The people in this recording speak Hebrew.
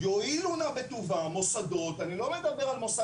יואילו נא בטובם מוסדות ואני לא מדבר על איזה מוסד